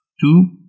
Two